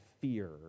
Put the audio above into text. fear